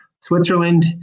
Switzerland